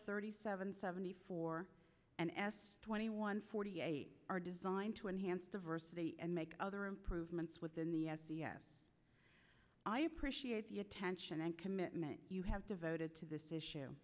thirty seven seventy four and twenty one forty eight are designed to enhance diversity and make other improvements within the i appreciate the attention and commitment you have devoted to this issue